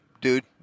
dude